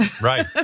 Right